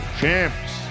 champs